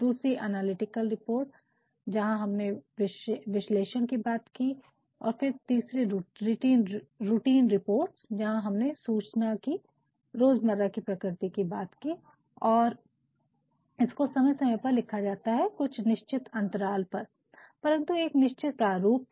दूसरी एनालिटिकल थी जहाँ हमने विश्लेषण की बात की और फिर तीसरी रूटीन रिपोर्टस जहाँ हमने सूचना की रोज़मर्रा की प्रकृति की बात की और इसको समय समय पर लिखा जाता है कुछ निश्चित अंतराल पर परन्तु एक निश्चित प्रारूप पर